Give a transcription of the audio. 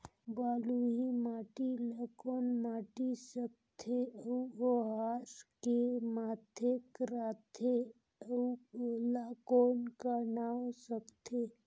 बलुही माटी ला कौन माटी सकथे अउ ओहार के माधेक राथे अउ ओला कौन का नाव सकथे?